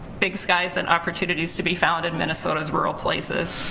big skies and opportunities to be found in minnesota's rural places.